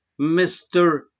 Mr